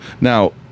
Now